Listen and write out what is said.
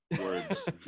words